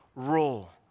Role